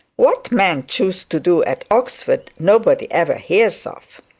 what men choose to do at oxford, nobody ever hears of.